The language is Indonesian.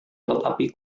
tetapi